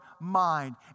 mind